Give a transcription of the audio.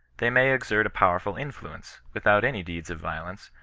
they may exert a powerful influence, without any deeds of violence,